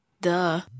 Duh